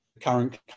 current